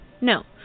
No